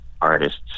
artists